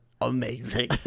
amazing